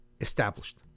established